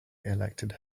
elected